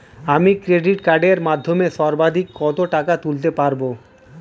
আমি ক্রেডিট কার্ডের মাধ্যমে সর্বাধিক কত টাকা তুলতে পারব?